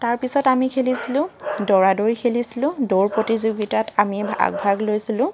তাৰপিছত আমি খেলিছিলোঁ দৌৰা দৌৰি খেলিছিলোঁ দৌৰ প্ৰতিযোগিতাত আমি আগভাগ লৈছিলোঁ